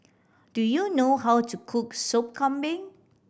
do you know how to cook Sop Kambing